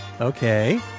Okay